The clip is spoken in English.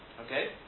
Okay